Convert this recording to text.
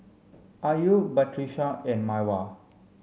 Ayu Batrisya and Mawar